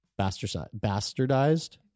bastardized